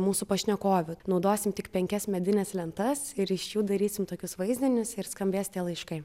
mūsų pašnekovių naudosim tik penkias medines lentas ir iš jų darysim tokius vaizdinius ir skambės tie laiškai